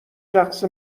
رقص